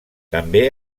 també